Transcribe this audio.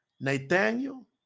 Nathaniel